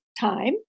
time